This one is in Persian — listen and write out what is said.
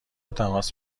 تماس